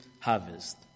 harvest